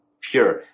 Pure